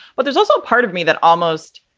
but there's also a part of me that almost